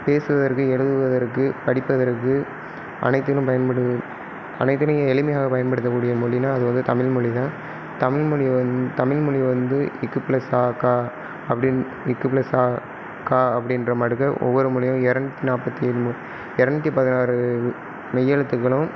பேசுவதற்கு எழுதுவதற்கு படிப்பதற்கு அனைத்திலும் பயன்படுது அனைத்திலும் எளிமையாக பயன்படுத்தக்கூடிய மொழின்னா அது வந்து தமிழ்மொழி தான் தமிழ்மொழி வந்து தமிழ்மொழி வந்து க் ப்ளஸ் ஆ கா அப்படீன்னு க் ப்ளஸ் அ க அப்படீன்ற மாதிரி தான் ஒவ்வொரு மொழிகளும் இரநூத்தி நாற்பத்தி ஏழு இரநூத்தி பதினாறு மெய் எழுத்துக்களும்